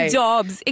jobs